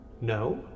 No